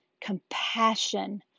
compassion